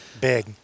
Big